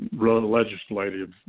legislative